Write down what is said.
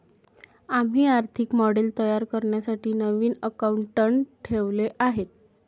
आम्ही आर्थिक मॉडेल तयार करण्यासाठी नवीन अकाउंटंट ठेवले आहे